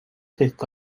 tehdit